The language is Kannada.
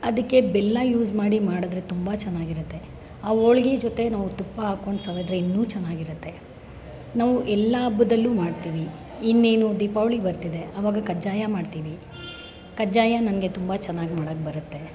ಅದಕ್ಕೆ ಬೆಲ್ಲ ಯೂಸ್ ಮಾಡಿ ಮಾಡಿದ್ರೆ ತುಂಬ ಚೆನ್ನಾಗಿರುತ್ತೆ ಆ ಹೋಳಿಗೆ ಜೊತೆ ನಾವು ತುಪ್ಪ ಹಾಕ್ಕೊಂಡು ಸವಿದರೆ ಇನ್ನೂ ಚೆನ್ನಾಗಿರುತ್ತೆ ನಾವು ಎಲ್ಲ ಹಬ್ಬದಲ್ಲೂ ಮಾಡ್ತೀವಿ ಇನ್ನೇನು ದೀಪಾವಳಿ ಬರ್ತಿದೆ ಅವಾಗ ಕಜ್ಜಾಯ ಮಾಡ್ತೀವಿ ಕಜ್ಜಾಯ ನನಗೆ ತುಂಬ ಚೆನ್ನಾಗಿ ಮಾಡೋಕೆ ಬರುತ್ತೆ